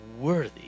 worthy